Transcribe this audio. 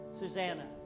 Susanna